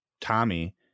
tommy